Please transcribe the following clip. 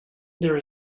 there